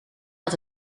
had